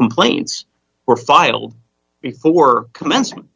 complaints were filed before commencement